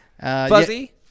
Fuzzy